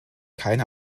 keine